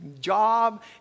job